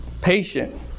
Patient